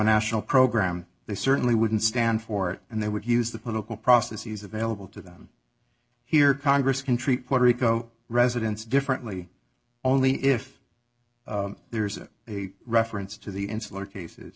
national program they certainly wouldn't stand for it and they would use the political processes available to them here congress can treat puerto rico residents differently only if there's a reference to the insular cases